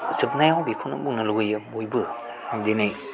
जोबनायाव बेखौनो बुंनो लुबैयो बयबो दिनै